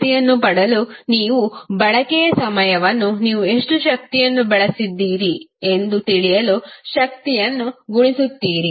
ಶಕ್ತಿಯನ್ನು ಪಡೆಯಲು ನೀವು ಬಳಕೆಯ ಸಮಯವನ್ನು ನೀವು ಎಷ್ಟು ಶಕ್ತಿಯನ್ನು ಬಳಸಿದ್ದೀರಿ ಎಂದು ತಿಳಿಯಲು ಶಕ್ತಿಯನ್ನು ಗುಣಿಸುತ್ತೀರಿ